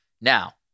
Now